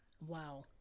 wow